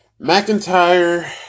McIntyre